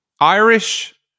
Irish